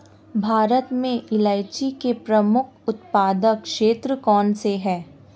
भारत में इलायची के प्रमुख उत्पादक क्षेत्र कौन से हैं?